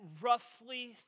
roughly